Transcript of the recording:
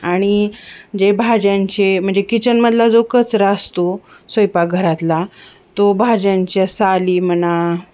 आणि जे भाज्यांचे म्हणजे किचनमधला जो कचरा असतो स्वयंपाकघरातला तो भाज्यांच्या साली म्हणा